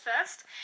first